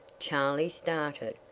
charley started,